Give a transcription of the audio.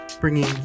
bringing